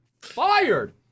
fired